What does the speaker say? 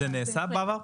זה נעשה בעבר?